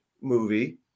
movie